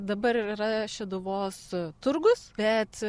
dabar yra šeduvos turgus bet